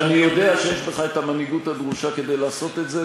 שאני יודע שיש בך את המנהיגות הדרושה כדי לעשות את זה,